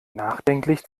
nachdenklich